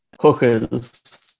hookers